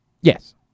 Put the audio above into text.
Yes